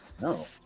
No